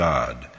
God